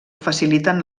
faciliten